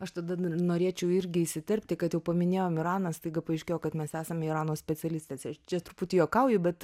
aš tada dar norėčiau irgi įsiterpti kad jau paminėjom iraną staiga paaiškėjo kad mes esame irano specialistės aš čia truputį juokauju bet